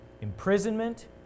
imprisonment